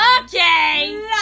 Okay